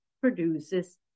produces